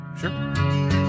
sure